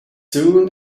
soon